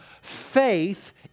faith